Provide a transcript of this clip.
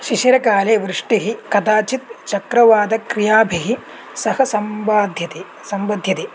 शिशिरकाले वृष्टिः कदाचित् चक्रवातक्रियाभिः सह सम्बध्यते सम्बध्यते